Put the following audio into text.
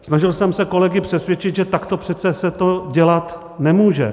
Snažil jsem se kolegy přesvědčit, že takto přece se to dělat nemůže.